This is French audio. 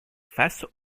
face